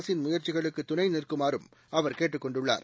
அரசின் முயற்சிகளுக்கு துணை நிற்குமாறும் அவர் கேட்டுக் கொண்டுள்ளார்